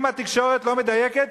אם התקשורת לא מדייקת,